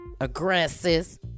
aggressive